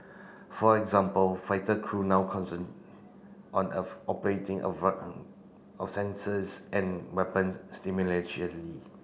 for example fighter crew now concern on if operating a of sensors and weapons